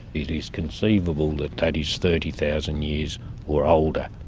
it is conceivable that that is thirty thousand years or older.